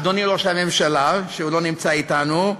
אדוני ראש הממשלה, שלא נמצא אתנו,